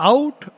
Out